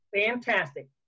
fantastic